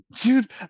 dude